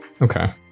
Okay